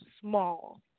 small